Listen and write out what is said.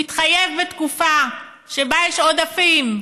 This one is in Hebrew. מתחייב בתקופה שבה יש עודפים,